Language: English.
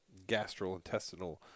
gastrointestinal